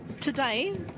Today